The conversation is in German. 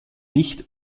nicht